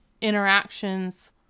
interactions